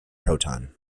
proton